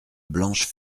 blanche